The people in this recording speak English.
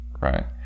right